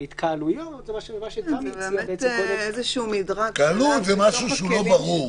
אבל התקהלויות זה משהו --- התקהלות זה משהו שהוא לא ברור,